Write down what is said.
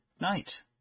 night